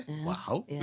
Wow